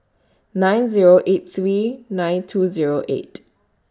nine Zero eight three nine two Zero eight